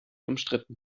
umstritten